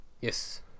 Yes